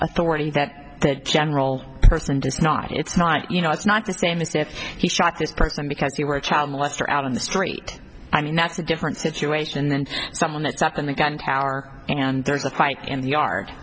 authority that the general person does not it's not you know it's not just a mistake if he shot this person because you were a child molester out on the street i mean that's a different situation than someone that's up in the gun tower and there's a fight in the yard